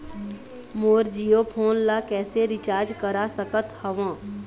मोर Jio phone ला किसे recharge करा सकत हवं?